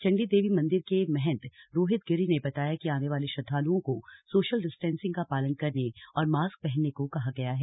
चंडी देवी मंदिर के महंत रोहित गिरी ने बताया कि आने वाले श्रद्वाल्ओं को सोशल डिस्टेंसिंग का पालन करने और मास्क पहनने को कहा गया है